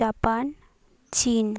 Japan চীন